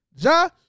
Ja